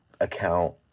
account